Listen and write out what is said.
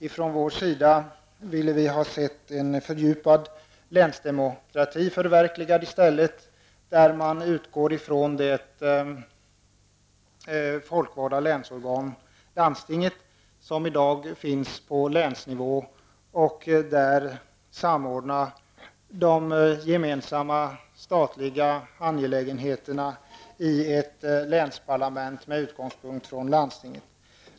I stället hade vi hellre sett en fördjupad länsdemokrati förverkligad, där man utgick från det folkvalda länsorganet, landstinget, som i dag finns på länsnivå. Där kunde de gemensamma statliga angelägenheterna ha samordnats i ett länsparlament baserat på landstingens sammansättning.